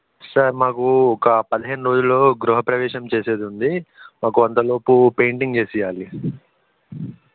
sir మాకు ఒక పదిహేను రోజులలో గృహప్రవేశం చేసేది ఉంది మాకు అంత లోపు పెయింటింగ్ చేసి ఇవ్వాలి